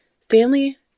Stanley